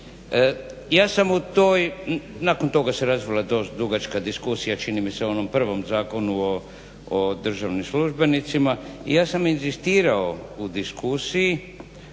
Ja sam u toj nakon toga se razvila dosta dugačka diskusija, čini mi se o onom prvom Zakonu o državnim službenicima i ja sam inzistirao u diskusiji